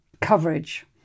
Coverage